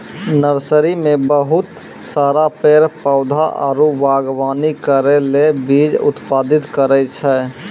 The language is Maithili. नर्सरी मे बहुत सारा पेड़ पौधा आरु वागवानी करै ले बीज उत्पादित करै छै